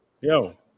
Yo